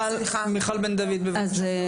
מיכל בן דויד בבקשה.